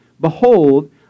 Behold